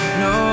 no